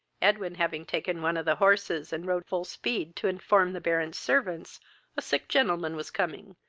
edwin having taken one of the horses, and rode full speed to inform the baron's servants a sick gentleman was coming,